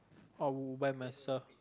I would buy myself